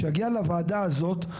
שיגיע לוועדה הזאת,